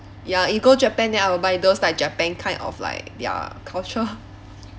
ya if go japan then I will buy those like japan kind of like ya culture